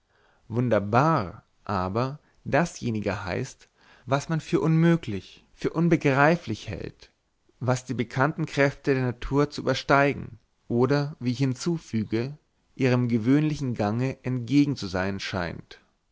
wunderbar aber dasjenige heißt was man für unmöglich für unbegreiflich hält was die bekannten kräfte der natur zu übersteigen oder wie ich hinzufüge ihrem gewöhnlichen gange entgegen zu sein scheint